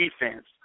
defense